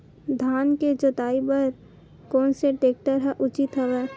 धान के जोताई बर कोन से टेक्टर ह उचित हवय?